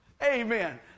Amen